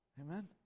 Amen